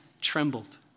trembled